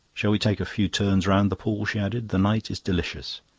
shall we take a few turns round the pool? she added. the night is delicious.